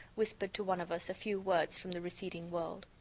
whispered to one of us a few words from the receding world.